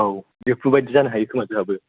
औ दिम्पु बायदि जानो हायोखोमा जोंहाबो